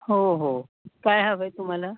हो हो काय हवं आहे तुम्हाला